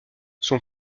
son